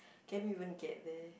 can we even get there